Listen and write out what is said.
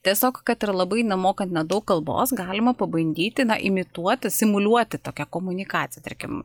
tiesiog kad ir labai nemokant nedaug kalbos galima pabandyti imituoti simuliuoti tokią komunikaciją tarkim